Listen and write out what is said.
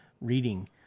Reading